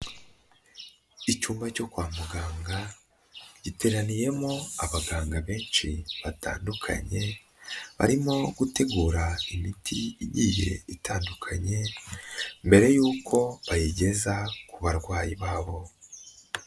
Icyumba cyo kwa muganga, giteraniyemo abaganga benshi batandukanye, barimo gutegura imiti igiye itandukanye, mbere y'uko bayigeza ku barwayi babo.